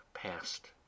past